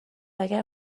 اگر